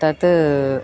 तत्